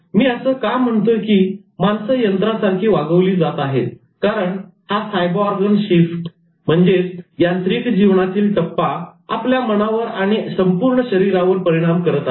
मी असं का म्हणतोय की माणसं यंत्रासारखी वागवली जात आहेत कारण हा 'सायबॉर्गन शिफ्ट यांत्रिक जीवनातील टप्पा आपल्या मनावर आणि संपूर्ण शरीरावर परिणाम करत आहे